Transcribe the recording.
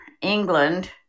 England